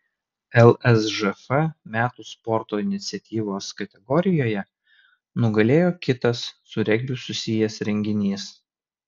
lsžf metų sporto iniciatyvos kategorijoje nugalėjo kitas su regbiu susijęs renginys